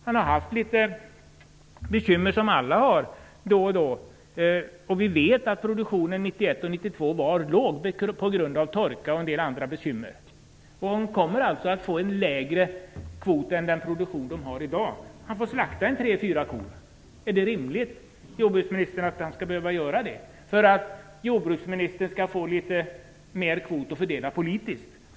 Han har då och då haft bekymmer, precis som alla har. Vi vet att produktionen var låg under 1991-1992 på grund av torka och en del andra bekymmer. Han kommer att producera mindre än den kvot han har i dag. Han får slakta tre fyra kor. Är det rimligt, jordbruksministern, att han skall behöva göra det så att jordbruksministern skall få litet mera kvot att fördela politiskt?